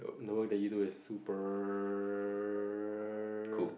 the work that you do is super